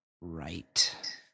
Right